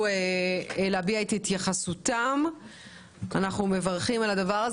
להביע את התייחסותם ואנחנו מברכים על כך.